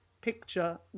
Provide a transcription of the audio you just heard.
Picture